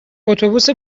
اتوبوس